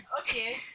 Okay